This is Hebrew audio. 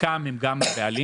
חלקם הם גם הבעלים.